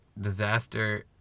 Disaster